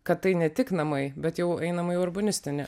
kad tai ne tik namai bet jau einama į urbanistinį